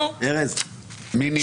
מי נמנע?